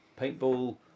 Paintball